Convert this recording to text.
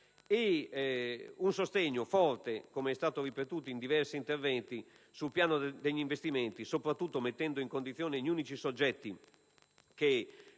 e un sostegno forte - com'è stato ripetuto in diversi interventi - sul piano degli investimenti, soprattutto al fine di porre in condizione gli unici soggetti che